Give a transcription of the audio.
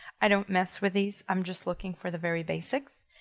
i don't mess with these. i'm just looking for the very basics.